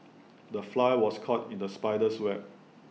the fly was caught in the spider's web